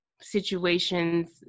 situations